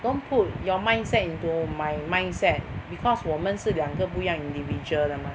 don't put your mindset into my mindset because 我们是两个不一样 individual 的 mah